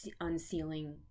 unsealing